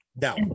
Now